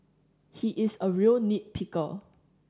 he is a real nit picker